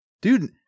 Dude